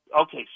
Okay